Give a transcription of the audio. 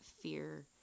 fear